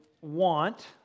want